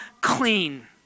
clean